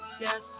yes